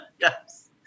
Yes